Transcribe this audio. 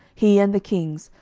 he and the kings,